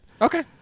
Okay